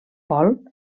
pol